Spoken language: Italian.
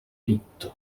ritto